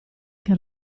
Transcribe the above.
che